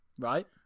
Right